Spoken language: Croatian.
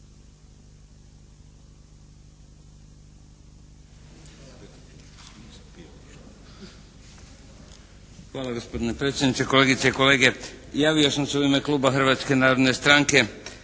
Hvala gospodine predsjedniče, kolegice i kolege. Javio sam se u ime kluba Hrvatske narodne stranke